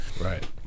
Right